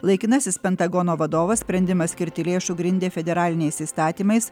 laikinasis pentagono vadovas sprendimą skirti lėšų grindė federaliniais įstatymais